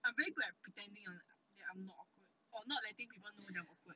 I'm very good at pretending ah that I am not awkward or not letting people know that I am awkward